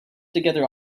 together